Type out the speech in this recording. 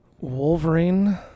Wolverine